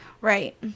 right